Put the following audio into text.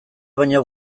baino